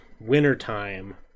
wintertime